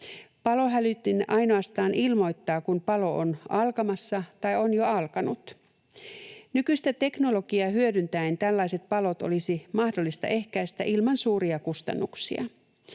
Palohälytin ainoastaan ilmoittaa, kun palo on alkamassa tai on jo alkanut. Nykyistä teknologiaa hyödyntäen tällaiset palot olisi mahdollista ehkäistä ilman suuria kustannuksia.